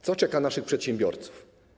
Co czeka naszych przedsiębiorców?